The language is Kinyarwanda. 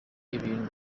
ibintu